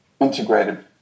integrated